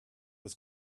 was